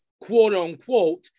quote-unquote